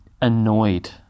annoyed